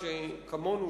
כמונו,